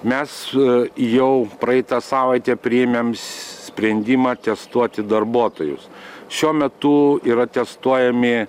mes jau praeitą savaitę priėmėm sprendimą testuoti darbuotojus šiuo metu yra testuojami